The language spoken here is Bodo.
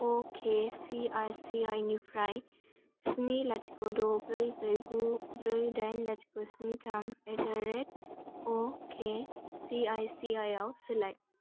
अके सिआइसिआइ निफ्राय स्नि लाथिख' द' ब्रै ब्रै गु ब्रै दाइन लाथिख' स्नि थाम एड्डारेट अके सिआइसिआइ आव सोलाय